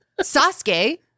Sasuke